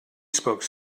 spoke